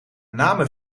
name